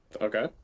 Okay